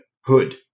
Hood